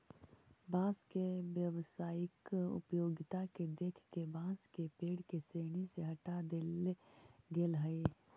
बाँस के व्यावसायिक उपयोगिता के देख के बाँस के पेड़ के श्रेणी से हँटा देले गेल हइ